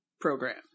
program